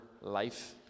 life